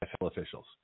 officials